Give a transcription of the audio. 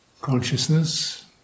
Consciousness